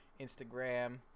Instagram